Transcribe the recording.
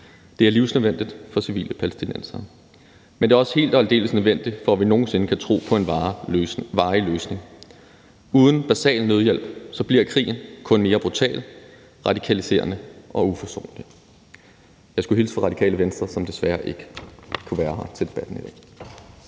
Det er livsnødvendigt for civile palæstinensere, men det er også helt og aldeles nødvendigt, for at vi nogen sinde kan tro på en varig løsning. Uden basal nødhjælp bliver krigen kun mere brutal, radikaliserende og uforsonlig. Jeg skulle hilse fra Radikale Venstre, som desværre ikke kunne være her til debatten i dag.